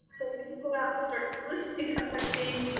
and you go out and start soliciting that might be